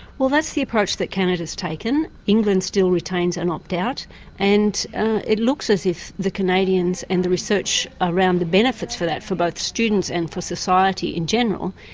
well, that's the approach that canada's taken, england still retains an opt-out and it looks as if the canadians, and the research around the benefits for that for both students and for society in general,